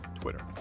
Twitter